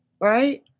right